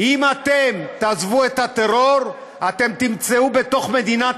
אם אתם תעזבו את הטרור אתם תמצאו בתוך מדינת